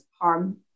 harm